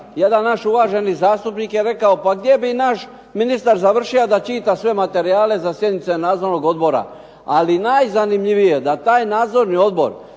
Jedan naš uvaženi zastupnik je rekao, pa gdje bi naš ministar završio da čita sve materijale sa sjednica nadzornog odbora. Ali najzanimljivije da taj nadzorni odbor